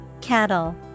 Cattle